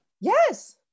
Yes